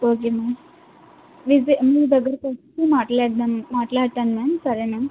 okay ma'am మీ దె మీ దగ్గరకి వచ్చి మాట్లాడదాము మాట్లాడతాను మ్యామ్ సరేనా